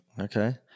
okay